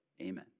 Amen